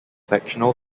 factional